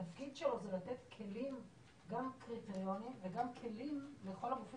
התפקיד שלו זה לתת כלים וקריטריונים לכל הגופים